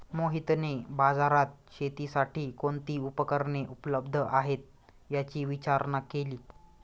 मोहितने बाजारात शेतीसाठी कोणती उपकरणे उपलब्ध आहेत, याची विचारणा केली